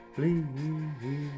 Please